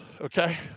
okay